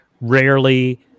rarely